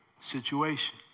situation